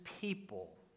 people